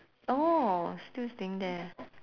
oh still staying there